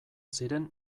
ziren